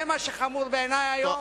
זה מה שחמור בעיני היום,